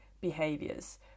behaviors